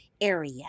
area